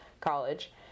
college